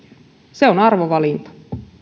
se on arvovalinta